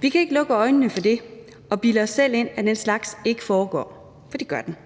Vi kan ikke lukke øjnene for det og bilde os selv ind, at den slags ikke foregår, for det gør den.